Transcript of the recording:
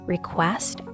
Request